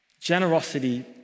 Generosity